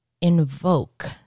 invoke